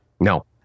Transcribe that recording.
No